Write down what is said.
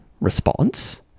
response